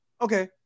Okay